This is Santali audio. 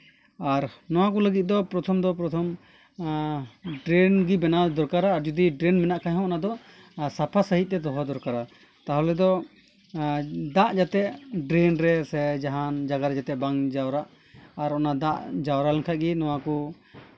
ᱟᱨ ᱱᱚᱣᱟ ᱠᱚ ᱞᱟᱹᱜᱤᱫ ᱫᱚ ᱯᱨᱚᱛᱷᱚᱢ ᱫᱚ ᱯᱨᱚᱛᱷᱚᱢ ᱰᱨᱮᱹᱱ ᱜᱮ ᱵᱮᱱᱟᱣ ᱫᱚᱨᱠᱟᱨᱟ ᱟᱨ ᱡᱩᱫᱤ ᱰᱨᱮᱹᱱ ᱢᱮᱱᱟᱜ ᱠᱷᱟᱡ ᱫᱚ ᱚᱱᱟ ᱫᱚ ᱥᱟᱯᱟ ᱥᱟᱺᱦᱤᱡᱽ ᱛᱮ ᱫᱚᱦᱚ ᱫᱚᱨᱠᱟᱨᱟ ᱛᱟᱦᱚᱞᱮ ᱫᱚ ᱫᱟᱜ ᱡᱟᱛᱮ ᱰᱨᱮᱹᱱ ᱨᱮ ᱥᱮ ᱡᱟᱦᱟᱱ ᱡᱟᱭᱜᱟ ᱨᱮ ᱵᱟᱝ ᱡᱟᱣᱨᱟᱜ ᱟᱨ ᱚᱱᱟ ᱫᱟᱜ ᱡᱟᱣᱨᱟ ᱞᱮᱱᱠᱷᱟᱡ ᱜᱮ ᱱᱚᱣᱟ ᱠᱚ